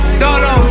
solo